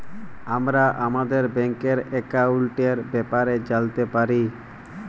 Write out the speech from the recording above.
আমরা আমাদের ব্যাংকের একাউলটের ব্যাপারে জালতে পারি